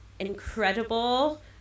incredible